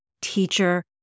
teacher